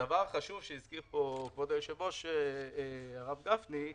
הדבר החשוב שהזכיר פה כבוד היושב ראש, הרב גפני,